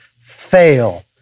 fail